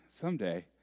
Someday